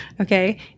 Okay